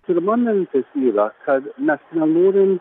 pirma mintis yra kad mes nenorim